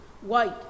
white